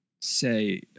say